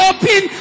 Open